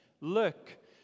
Look